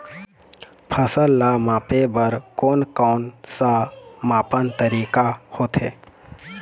फसल ला मापे बार कोन कौन सा मापन तरीका होथे?